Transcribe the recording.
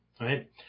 right